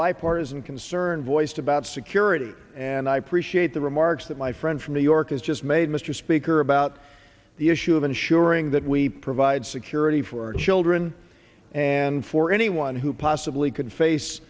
bipartisan concern voiced about security and i appreciate the remarks that my friend from new york has just made mr speaker about the issue of ensuring that we provide security for our children and for anyone who possibly could face